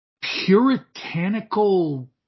puritanical